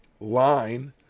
line